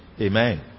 Amen